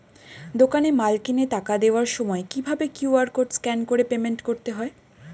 দোকানে মাল কিনে টাকা দেওয়ার সময় কিভাবে কিউ.আর কোড স্ক্যান করে পেমেন্ট করতে হয়?